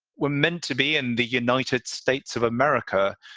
were meant to be in the united states of america.